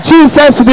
Jesus